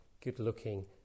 good-looking